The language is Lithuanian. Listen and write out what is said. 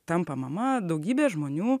tampa mama daugybė žmonių